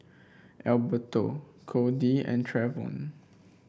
Alberto Cody and Trevon